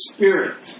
Spirit